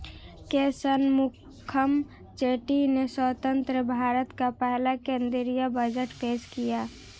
के शनमुखम चेट्टी ने स्वतंत्र भारत का पहला केंद्रीय बजट पेश किया